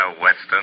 Weston